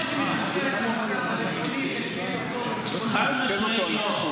שמאפשר את המצב הביטחוני ב-7 באוקטובר -- חד-משמעית לא.